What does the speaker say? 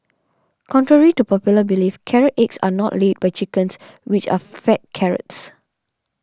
contrary to popular belief carrot eggs are not laid by chickens which are fed carrots